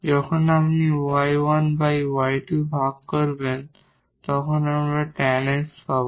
যখন আপনি 𝑦1𝑦2 ভাগ করবেন তখন আমরা tan x পাব